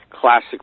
classic